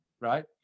right